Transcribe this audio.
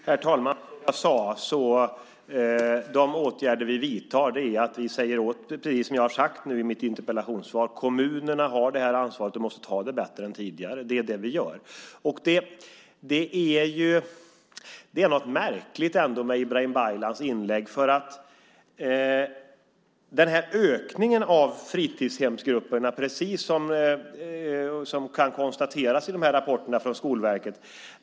Herr talman! Som jag sade är de åtgärder vi vidtar att vi säger åt kommunerna, som har det här ansvaret, att de måste ta det bättre än tidigare. Det är det vi gör. Det är något märkligt med Ibrahim Baylans inlägg när det gäller den ökning av antalet barn i fritidshemsgrupperna som kan konstateras i de här rapporterna från Skolverket.